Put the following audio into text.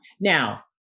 Now